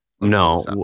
No